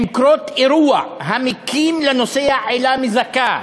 עם קרות אירוע המקים לנוסע עילה מזכה,